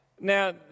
Now